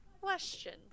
question